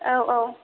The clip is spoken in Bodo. औ औ